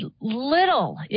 little